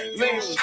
lean